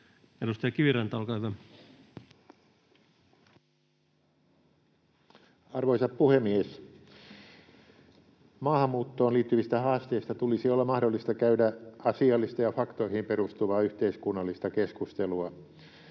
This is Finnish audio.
15:53 Content: Arvoisa puhemies! Maahanmuuttoon liittyvistä haasteista tulisi olla mahdollista käydä asiallista ja faktoihin perustuvaa yhteiskunnallista keskustelua.